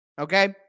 Okay